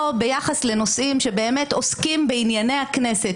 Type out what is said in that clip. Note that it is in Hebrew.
או ביחס לנושאים שעוסקים בענייני הכנסת,